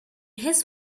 his